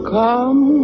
come